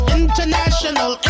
international